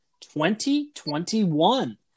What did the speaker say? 2021